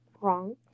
wrong